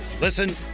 listen